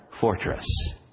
fortress